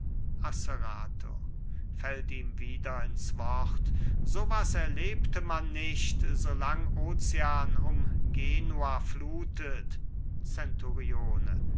asserato fällt ihm wieder ins wort so was erlebte man nicht solang ozean um genua flutet zenturione